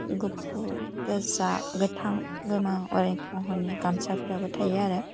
गुफुर गोजा गोथां गोमो अनेक महरनि गामसाफ्राबो थायो आरो